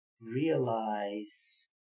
realize